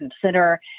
consider